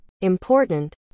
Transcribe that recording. Important